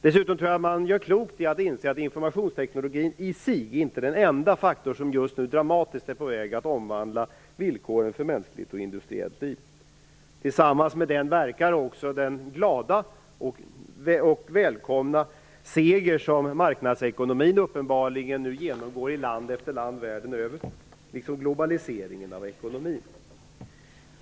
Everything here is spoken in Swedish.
Dessutom tror jag att man gör klokt i att inse att informationstekniken i sig inte är den enda faktor som just nu dramatiskt är på väg att omvandla villkoren för mänskligt och industriellt liv. Tillsammans med den verkar också den glada och välkomna seger som marknadsekonomin uppenbarligen nu vinner i land efter land världen över liksom globaliseringen av ekonomin.